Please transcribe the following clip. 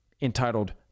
entitled